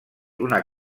una